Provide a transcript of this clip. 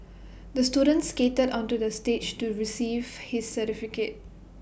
the student skated onto the stage to receive his certificate